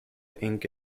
ink